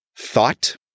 Thought